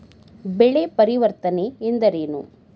ಬೆಳೆ ಪರಿವರ್ತನೆ ಎಂದರೇನು?